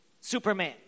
Superman